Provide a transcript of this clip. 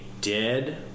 dead